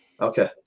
Okay